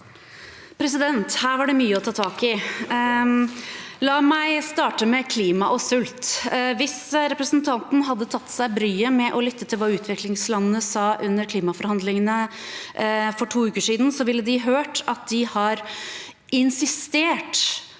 Her var det mye å ta tak i. La meg starte med klima og sult. Hvis representanten hadde tatt seg bryet med å lytte til hva utviklingslandene sa under klimaforhandlingene for to uker siden, ville han hørt at de har insistert